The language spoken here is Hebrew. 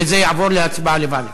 וזה יעבור להחלטה לוועדה.